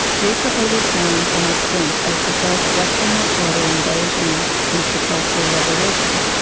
recently returned from a stint as the first western reporter in beijing since the cultural revolution.